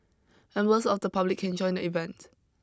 members of the public can join the event